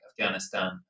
Afghanistan